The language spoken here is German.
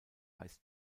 heißt